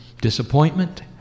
Disappointment